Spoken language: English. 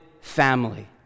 family